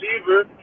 receiver